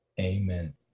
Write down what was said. Amen